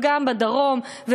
וגם בדרום,